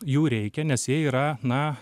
jų reikia nes jie yra na